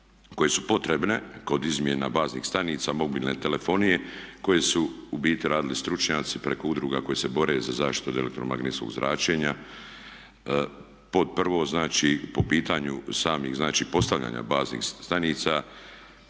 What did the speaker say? koji su potrebni kod izmjena baznih stanica mobilne telefonije koje su u biti radili stručnjaci preko udruga koje se bore za zaštitu od elektromagnetskog zračenja. Pod prvo znači po pitanju samih znači postavljanja baznih stanica